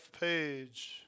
Page